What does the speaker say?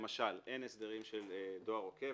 למשל אין הסדרים של דואר עוקב,